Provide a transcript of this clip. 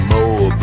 More